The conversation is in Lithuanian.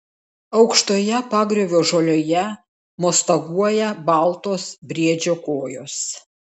aukštoje pagriovio žolėje mostaguoja baltos briedžio kojos